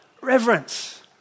Reverence